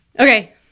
Okay